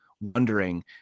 wondering